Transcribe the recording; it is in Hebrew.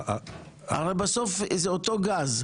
הרי בסוף זה אותו גז.